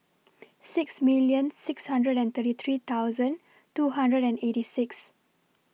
six million six hundred and thirty three thousand two hundred and eighty six